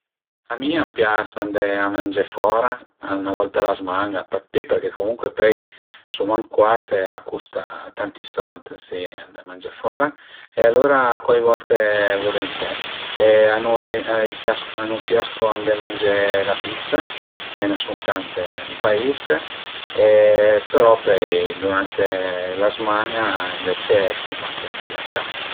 A mi a m'pias andé a mangé fora, 'na volta a la zma-a pa pi perché comuncue pöi suma ën cuat e a custa tanti sold si andé mangé fora e alura cuai volte vulenté e a nu pias co andé mangé la piazza, a i ën sun tante ën pais, però pöi durante la zman-a ënvece fuma che mangé a ca